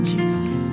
Jesus